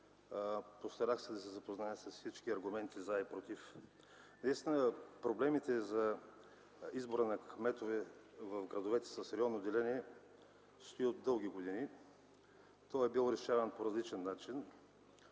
постарах се да се запозная с всички аргументи „за” и „против”. Наистина проблемите за избора на кметове в градовете с районно деление стои от дълги години. Той е бил решаван по различен начин.